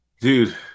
Dude